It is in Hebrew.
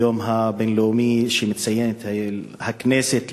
ביום הבין-לאומי שמציינת הכנסת